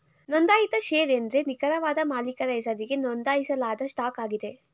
ನೊಂದಾಯಿತ ಶೇರು ಎಂದ್ರೆ ನಿಖರವಾದ ಮಾಲೀಕರ ಹೆಸರಿಗೆ ನೊಂದಾಯಿಸಲಾದ ಸ್ಟಾಕ್ ಆಗಿದೆ